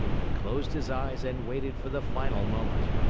he closed his eyes and waited for the final moment.